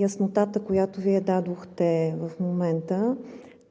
Яснотата, която дадохте в момента,